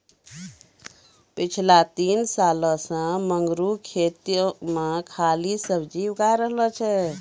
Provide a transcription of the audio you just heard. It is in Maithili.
पिछला तीन सालों सॅ मंगरू खेतो मॅ खाली सब्जीए उगाय रहलो छै